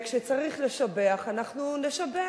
כשצריך לשבח אנחנו נשבח,